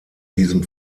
diesem